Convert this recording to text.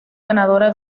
ganadora